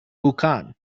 buchan